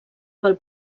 pel